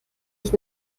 ich